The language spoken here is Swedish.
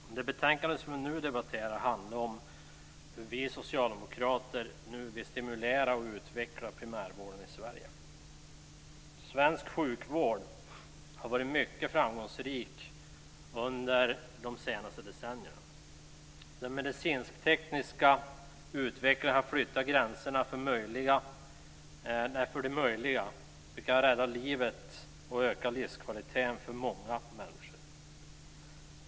Fru talman! Det betänkande vi nu debatterar handlar om hur vi socialdemokrater vill stimulera och utveckla primärvården i Sverige. Svensk sjukvård har varit mycket framgångsrik under de senaste decennierna. Den medicinsk-tekniska utvecklingen har flyttat gränserna för det möjliga. Vi kan rädda liv och öka livskvaliteten för många människor.